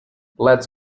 let’s